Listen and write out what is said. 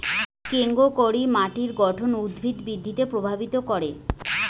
কেঙকরি মাটির গঠন উদ্ভিদ বৃদ্ধিত প্রভাবিত করাং?